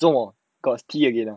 做么 got C again ah